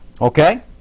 Okay